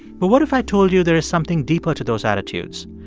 but what if i told you there is something deeper to those attitudes,